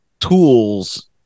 tools